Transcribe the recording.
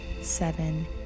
seven